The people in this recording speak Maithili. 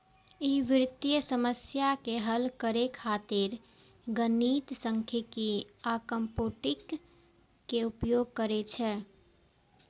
ई वित्तीय समस्या के हल करै खातिर गणित, सांख्यिकी आ कंप्यूटिंग के उपयोग करै छै